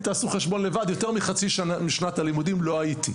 יותר מחצי שנה משנת הלימודים לא הייתי.